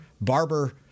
Barber